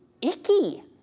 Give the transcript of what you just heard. icky